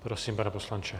Prosím, pane poslanče.